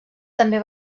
també